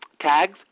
Tags